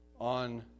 on